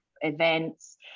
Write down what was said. events